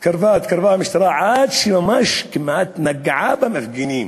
התקרבה התקרבה המשטרה עד שממש כמעט נגעה במפגינים.